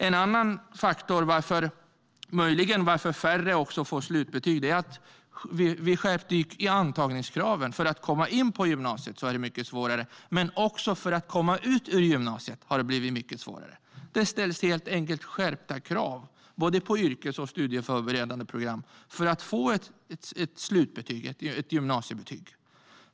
En annan faktor som möjligen bidrar till att färre får slutbetyg är att vi skärpte antagningskraven för att komma in på gymnasiet. Det blev mycket svårare. Men det har också blivit mycket svårare att komma ut ur gymnasiet. Det ställs helt enkelt skärpta krav på både yrkes och studieförberedande program för att få ett slutbetyg och ett gymnasiebetyg.